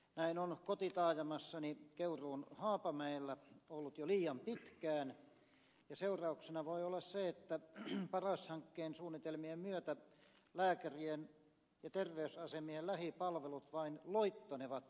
näin on kotitaajamassani keuruun haapamäellä ollut jo liian pitkään ja seurauksena voi olla se että paras hankkeen suunnitelmien myötä lääkärien ja terveysasemien lähipalvelut vain loittonevat käyttäjistään